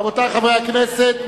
רבותי חברי הכנסת,